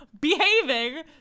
behaving